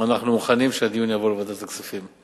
אנחנו מוכנים שהדיון יעבור לוועדת הכספים,